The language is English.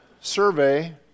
survey